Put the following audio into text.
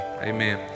Amen